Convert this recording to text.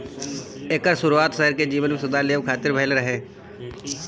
एकर शुरुआत शहर के जीवन में सुधार लियावे खातिर भइल रहे